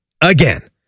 again